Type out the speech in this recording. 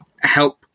help